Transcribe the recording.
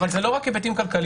אבל זה לא רק היבטים כלכליים,